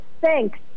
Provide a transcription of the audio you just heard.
thanks